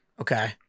okay